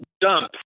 dump